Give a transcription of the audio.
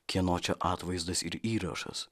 kieno čia atvaizdas ir įrašas